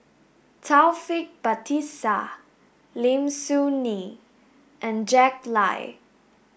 Taufik Batisah Lim Soo Ngee and Jack Lai